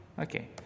Okay